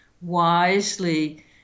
wisely